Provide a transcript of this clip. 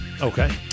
Okay